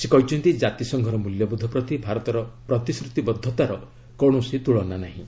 ସେ କହିଛନ୍ତି ଜାତିସଂଘର ମୂଲ୍ୟବୋଧ ପ୍ରତି ଭାରତ ପ୍ରତିଶ୍ରତିବଦ୍ଧତାର କୌଣସି ତୁଳନା ନାହିଁ